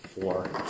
Four